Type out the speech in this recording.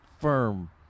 firm